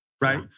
right